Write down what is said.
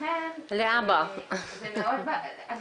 אני גם חושבת